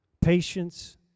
Patience